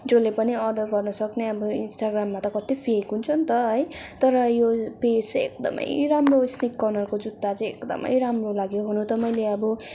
जसले पनि अर्डर गर्नु सक्ने अब इन्स्टाग्राममा त कति फेक हुन्छ अन्त है तर यो पेज चाहिँ एकदमै राम्रो स्लिक कर्नरको जुत्ता चाहिँ एकदमै राम्रो लाग्यो हुनु त मैले अब